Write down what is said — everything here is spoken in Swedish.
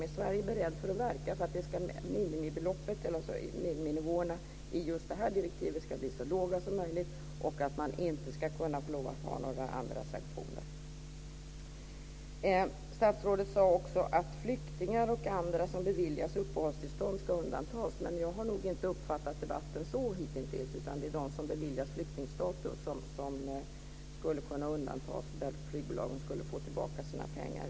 Är Sverige berett att verka för att miniminivåerna i just detta direktiv ska bli så låga som möjligt och att man inte ska få ha några andra sanktioner? Statsrådet sade också att flyktingar och andra som beviljas uppehållstillstånd ska undantas. Men jag har nog inte uppfattat debatten så hitintills, utan det är de som beviljas flyktingstatus som skulle kunna undantas, där flygbolagen skulle få tillbaka sina pengar.